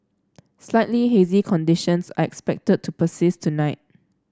slightly hazy conditions are expected to persist tonight